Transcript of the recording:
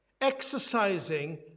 Exercising